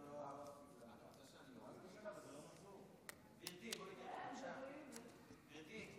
אני מבקש לסיים, לרדת למטה, תודה רבה.